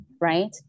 right